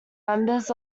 members